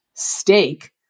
steak